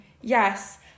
yes